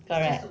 correct